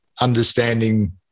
understanding